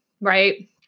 right